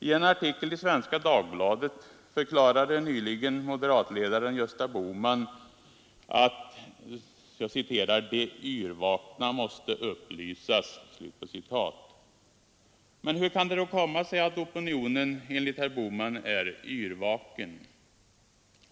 I en artikel i Svenska Dagbladet förklarade nyligen moderatledaren Gösta Bohman: ”De yrvakna måste upplysas!” Men hur kan det då komma sig att opinionen, enligt herr Bohman, är yrvaken?